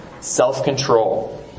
self-control